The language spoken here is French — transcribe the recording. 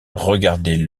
regardait